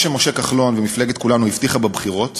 1. מה שמשה כחלון ומפלגת כולנו הבטיחו בבחירות